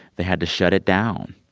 they had to shut it down.